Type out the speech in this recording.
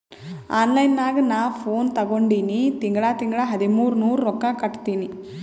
online ನಾಗ್ ನಾ phone ತಗೊಂಡಿನಿ ತಿಂಗಳಾ ತಿಂಗಳಾ ಹದಿಮೂರ್ ನೂರ್ ರೊಕ್ಕಾ ಕಟ್ಟತ್ತಿನಿ